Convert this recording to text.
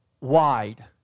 wide